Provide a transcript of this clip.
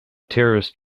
terrorist